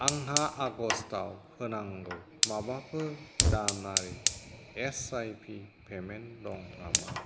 आंहा आगष्ट'आव होंनागौ माबाफोर दानारि एसआइपि पेमेन्ट दं नामा